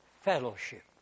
fellowship